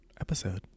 episode